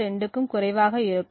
02 க்கும் குறைவாக இருக்கும்